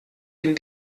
ihm